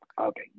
Okay